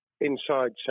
Inside